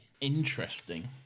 interesting